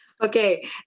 Okay